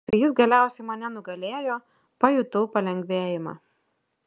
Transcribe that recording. kai jis galiausiai mane nugalėjo pajutau palengvėjimą